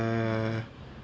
err